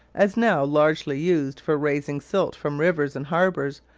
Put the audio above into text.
as now largely used for raising silt from rivers and harbours,